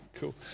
Cool